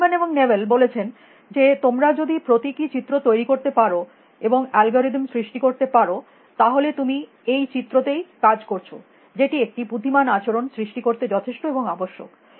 Simon এবং Newell বলেছেন যে তোমরা যদি প্রতীকী চিত্র তৈরী করতে পারো এবং অ্যালগরিদম সৃষ্টি করতে পারো তাহলে তুমি এই চিত্রতেই কাজ করছ যেটি একটি বুদ্ধিমান আচরণ সৃষ্টি করতে যথেষ্ট এবং আবশ্যক